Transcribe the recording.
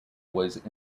was